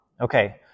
Okay